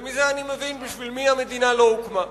ומזה אני מבין בשביל מי המדינה לא הוקמה.